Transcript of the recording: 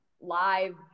live